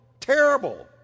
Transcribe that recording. Terrible